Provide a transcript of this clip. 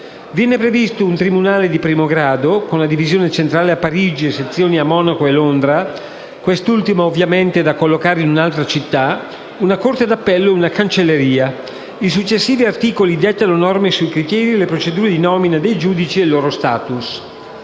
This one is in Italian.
Viene previsto un tribunale di primo grado (con la divisione centrale a Parigi e sezioni a Monaco e Londra, quest'ultima ovviamente da allocare in altra città), una corte d'appello e una cancelleria. I successivi articoli dettano norme sui criteri e le procedure di nomina dei giudici e sul loro *status*.